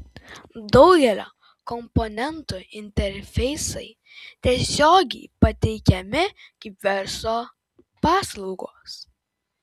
daugelio komponentų interfeisai tiesiogiai pateikiami kaip verslo paslaugos